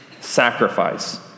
sacrifice